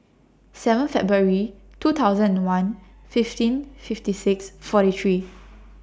seven February two thousand and one fifteen fifty six forty three